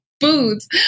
foods